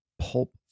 Pulp